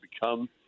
become